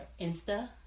Insta